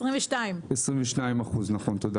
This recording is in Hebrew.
22. 22%, נכון, תודה.